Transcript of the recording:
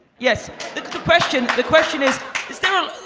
yes, the question the question is is there a.